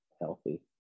healthy